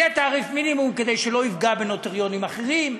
יהיה תעריף מינימום כדי שלא יפגע בנוטריונים אחרים,